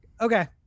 okay